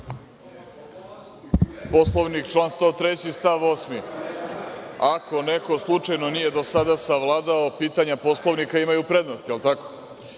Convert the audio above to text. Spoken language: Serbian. Poslovnik, član 103. stav 8. Ako neko nije slučajno do sada savladao, pitanja Poslovnika imaju prednost. Je li tako?